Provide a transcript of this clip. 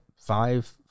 five